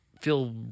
feel